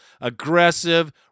aggressive